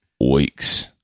week's